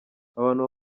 abantu